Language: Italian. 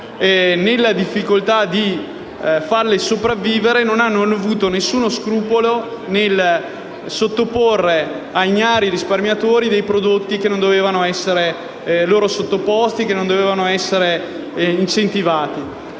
nella difficoltà di farle sopravvivere, non hanno avuto alcuno scrupolo nel sottoporre a ignari risparmiatori prodotti che non dovevano essere loro proposti e incentivati.